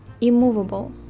immovable